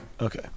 Okay